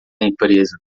empresa